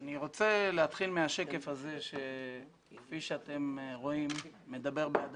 אני רוצה להתחיל מהשקף הזה שכפי שאתם רואים מדבר בעד